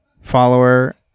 follower